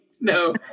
no